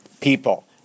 people